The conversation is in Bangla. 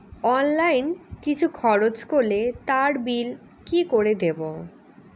অনলাইন কিছু খরচ করলে তার বিল কি করে দেবো?